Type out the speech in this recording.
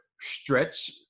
stretch